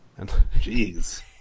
Jeez